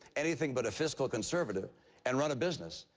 anything but a fiscal conservative and run a business,